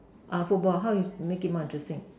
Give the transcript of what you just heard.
err football how do you make it more interesting